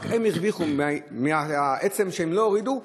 רק הם הרוויחו מעצם זה שהם לא הורידו,